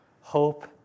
hope